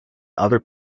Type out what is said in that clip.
other